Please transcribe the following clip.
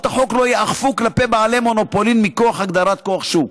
החוק לא ייאכפו כלפי בעלי מונופולין מכוח הגדרת כוח שוק.